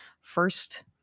first